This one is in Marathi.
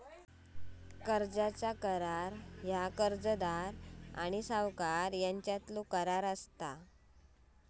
कर्ज करार ह्या कर्जदार आणि सावकार यांच्यातलो करार असा